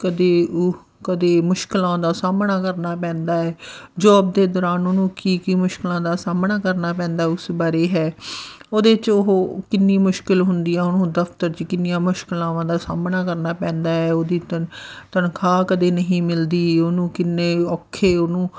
ਕਦੇ ਉਹ ਕਦੇ ਮੁਸ਼ਕਿਲਾਂ ਦਾ ਸਾਹਮਣਾ ਕਰਨਾ ਪੈਂਦਾ ਹੈ ਜੋਬ ਦੇ ਦੌਰਾਨ ਉਹਨੂੰ ਕੀ ਕੀ ਮੁਸ਼ਕਿਲਾਂ ਦਾ ਸਾਹਮਣਾ ਕਰਨਾ ਪੈਂਦਾ ਉਸ ਬਾਰੇ ਹੈ ਉਹਦੇ 'ਚ ਉਹ ਕਿੰਨੀ ਮੁਸ਼ਕਿਲ ਹੁੰਦੀ ਆ ਉਹਨੂੰ ਦਫਤਰ 'ਚ ਕਿੰਨੀਆਂ ਮੁਸ਼ਕਲਾਵਾਂ ਦਾ ਸਾਹਮਣਾ ਕਰਨਾ ਪੈਂਦਾ ਹੈ ਉਹਦੀ ਤਨ ਤਨਖਾਹ ਕਦੇ ਨਹੀਂ ਮਿਲਦੀ ਉਹਨੂੰ ਕਿੰਨੇ ਔਖੇ ਉਹਨੂੰ